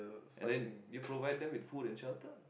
and then you provide them with food and shelter ah